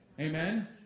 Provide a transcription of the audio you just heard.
Amen